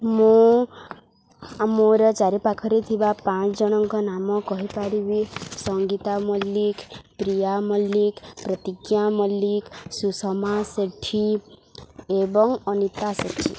ମୁଁ ମୋର ଚାରିପାଖରେ ଥିବା ପାଞ୍ଚ ଜଣଙ୍କ ନାମ କହିପାରିବି ସଙ୍ଗୀତା ମଲ୍ଲିକ ପ୍ରିୟା ମଲ୍ଲିକ ପ୍ରତିଜ୍ଞା ମଲ୍ଲିକ ସୁଷମା ସେଠୀ ଏବଂ ଅନିତା ସେଠୀ